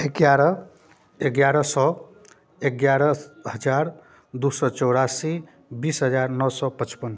एगारह एगारह सओ एगारह हजार दुइ सओ चौरासी बीस हजार नओ सओ पचपन